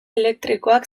elektrikoak